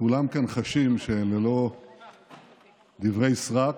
וכולם כאן חשים שאלה לא דברי סרק,